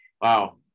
Wow